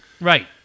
Right